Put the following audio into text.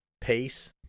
pace